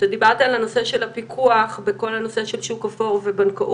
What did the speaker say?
אתה דיברת על הנושא של הפיקוח בכל הנושא של שוק אפור ובנקאות,